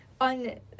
on